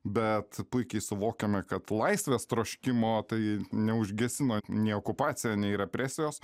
bet puikiai suvokiame kad laisvės troškimo tai neužgesino nei okupacija nei represijos